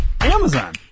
Amazon